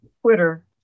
Twitter